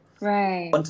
Right